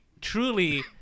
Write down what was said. truly